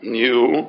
new